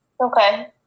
Okay